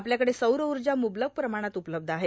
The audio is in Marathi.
आपल्याकडे सौरऊजा म्बलक प्रमाणात उपलब्ध आहे